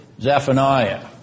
Zephaniah